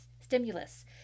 stimulus